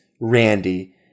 Randy